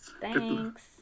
thanks